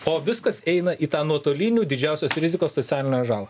o viskas eina į tą nutolinių didžiausios rizikos socialinę žalą